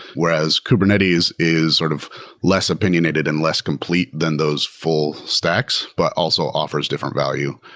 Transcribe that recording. whereas kubernetes is sort of less opinionated and less complete than those full stacks, but also offers different value.